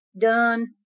done